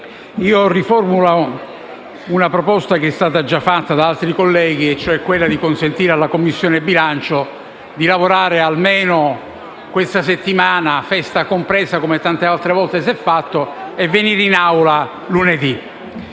Riformulo una proposta già avanzata da altri colleghi, cioè quella di consentire alla Commissione bilancio di lavorare almeno questa settimana, festività compresa, come tante altre volte si è fatto, e di portare